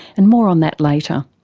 and more on that later.